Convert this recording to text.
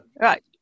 Right